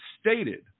stated